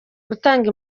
gutanga